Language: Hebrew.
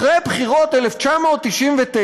אחרי בחירות 1999,